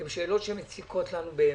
הן שאלות שמציקות לנו באמת,